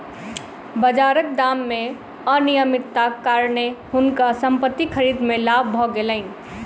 बाजारक दाम मे अनियमितताक कारणेँ हुनका संपत्ति खरीद मे लाभ भ गेलैन